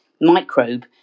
microbe